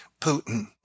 Putin